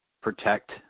protect